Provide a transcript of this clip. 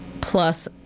plus